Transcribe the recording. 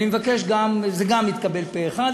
גם זה התקבל פה-אחד.